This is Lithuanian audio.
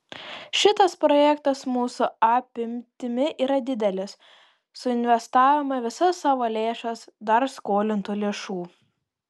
šitas projektas mūsų apimtimi yra didelis suinvestavome visas savo lėšas dar skolintų lėšų